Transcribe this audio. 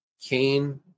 Cain